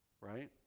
right